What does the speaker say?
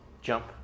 jump